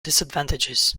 disadvantages